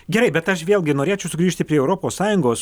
gerai bet aš vėlgi norėčiau sugrįžti prie europos sąjungos